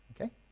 Okay